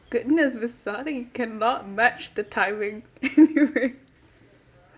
goodness cannot match the timing